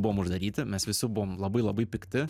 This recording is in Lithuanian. buvom uždaryti mes visi buvom labai labai pikti